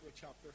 chapter